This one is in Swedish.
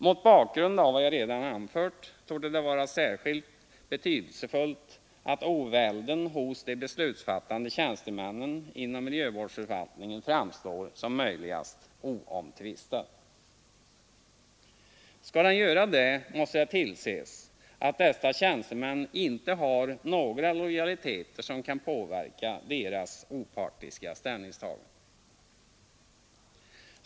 Mot bakgrund av vad jag redan anfört torde det vara särskilt betydelsefullt att ovälden hos de beslutsfattande tjänstemännen inom miljövårdsförvaltningen framstår som oomtvistad. Skall den göra det måste det tillses att dessa tjänstemän inte har några lojaliteter som kan påverka deras opartiska ställningstaganden.